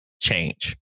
change